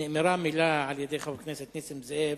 נאמרה מלה על-ידי חבר הכנסת נסים זאב: